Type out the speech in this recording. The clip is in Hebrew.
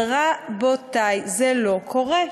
אבל רבותי, זה לא קורה.